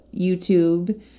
YouTube